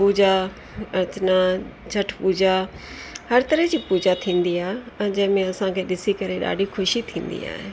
पूॼा अर्चना छठ पूॼा हर तरह जी पूॼा थींदी आहे जंहिंमें असांखे ॾिसी करे ॾाढी ख़ुशी थींदी आहे